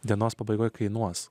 dienos pabaigoje kainuos